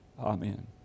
Amen